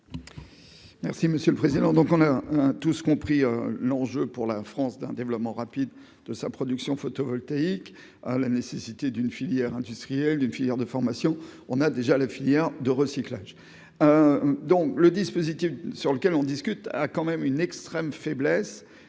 Merci monsieur le président, donc on a tous compris l'enjeu pour la France d'un développement rapide de sa production photovoltaïque à la nécessité d'une filière industrielle des filières de formation, on a déjà la filière de recyclage, donc le dispositif sur lequel on discute, a quand même une extrême faiblesse